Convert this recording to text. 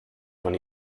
von